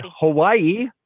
Hawaii